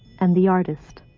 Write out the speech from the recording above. and the artist.